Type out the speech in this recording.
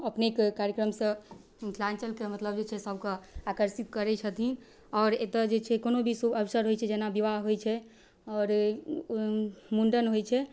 अपनेक कार्यक्रमसँ मिथिलाञ्चलके मतलब जे छै से सबके आकर्षित करै छथिन आओर एतऽ जे छै कोनो भी शुभ अवसर होइ छै जेना विवाह होइ छै आओर मुण्डन होइ छै